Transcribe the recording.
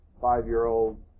five-year-old